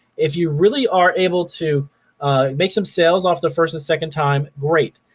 if you really are able to make some sales off the first and second time, great.